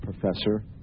professor